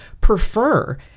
prefer